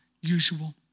usual